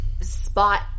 spot